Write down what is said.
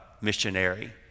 missionary